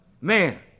man